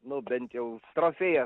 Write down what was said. nu bent jau trofėją